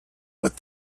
what